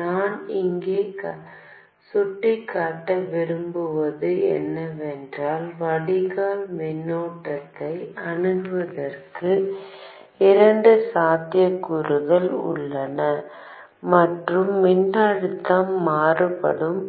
நான் இங்கே சுட்டிக்காட்ட விரும்புவது என்னவென்றால் வடிகால் மின்னோட்டத்தை அணுகுவதற்கு இரண்டு சாத்தியக்கூறுகள் உள்ளன மற்றும் மின்னழுத்தம் மாறுபடும்